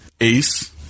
Ace